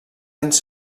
anys